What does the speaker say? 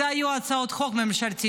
אלה היו הצעות חוק ממשלתיות,